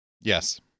Yes